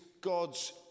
God's